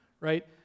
right